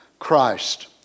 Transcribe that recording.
Christ